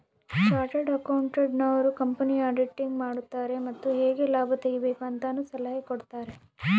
chartered accountant ನವರು ಕಂಪನಿಯ auditing ಮಾಡುತಾರೆ ಮತ್ತು ಹೇಗೆ ಲಾಭ ತೆಗಿಬೇಕು ಅಂತನು ಸಲಹೆ ಕೊಡುತಾರೆ